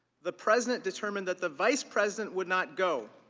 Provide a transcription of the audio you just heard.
the president determined that the vice president would not go.